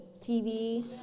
TV